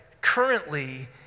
currently